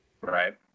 Right